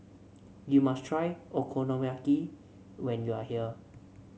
you must try Okonomiyaki when you are here